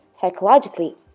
psychologically